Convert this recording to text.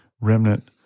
remnant